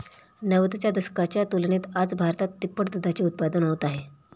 नव्वदच्या दशकाच्या तुलनेत आज भारतात तिप्पट दुधाचे उत्पादन होत आहे